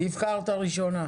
תבחר את הראשונה.